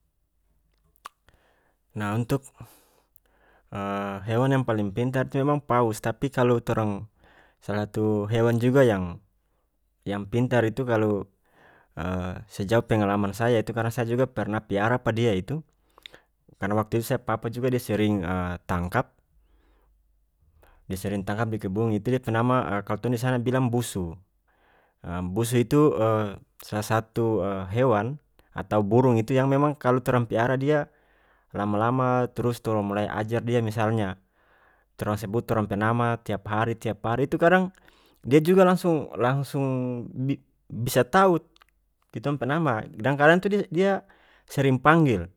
nah untuk hewan yang paling pintar tu memang paus tapi kalu torang salah satu hewan juga yang-yang pintar itu kalu sejak pengalaman saya itu karena saya juga pernah piara pa dia itu karena waktu itu saya papa juga dia sering tangkap dia sering tangkap dikebun itu dia pe nama kalu tong disana bilang busu busu itu salah satu hewan atau burung itu yang memang kalu torang piara dia lama lama trus tong mulai ajar dia misalnya torang sebut torang pe nama tiap hari tiap hari itu kadang dia juga langsung langsung bi-bisa tau kitong pe nama tu de-dia sering panggel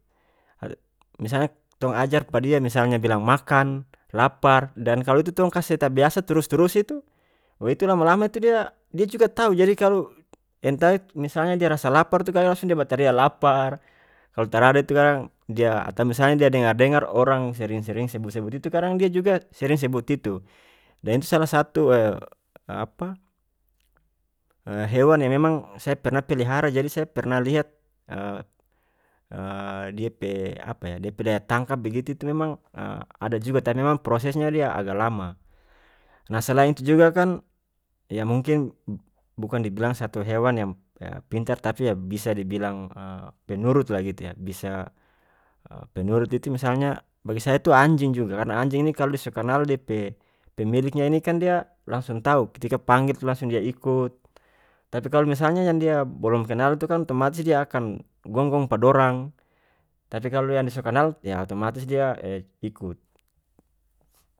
misal tong ajar pa dia mialnya bilang makan lapar dan kalu itu tong kase tabiasa trus trus itu-itu lama lama tu dia-dia juga tau jadi kalu entah misalnya dia rasa lapar tu kaya langsung dia bataria lapar kalu tarada itu kan dia atau misalnya dia dengar dengar orang sering sering sebut sebut itu kadang dia juga sering sebut itu dan itu salah satu apa hewan yang memang saya pernah pelihara jadi saya pernah liat dia pe apa yah dia pe daya tangkap begitu tu memang ada juga tapi memang prosesnya dia agak lama nah selain itu juga kan yah mungkin bukan dibilang satu hewan yang pintar tapi yah bisa dibilang penurut lah gitu yah bisa penurut itu misalnya bagi saya itu anjing juga karena anjing ini kalu dia so kanal dia pe pemiliknya ini kan dia langsung tau ketika pangge itu langsung dia iko tapi kalu misalnya yang dia bolom kenal itu kan otomatis dia akan gonggong pa dorang tapi yang dia so kanal yah otomatis dia ikut.